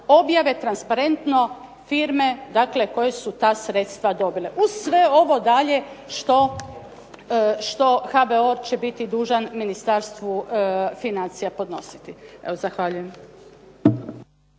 objave transparentno firme koje su ta sredstva dobile, uz sve ovo dalje što HBOR će biti dužan Ministarstvu financija podnositi. Evo zahvaljujem.